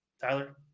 Tyler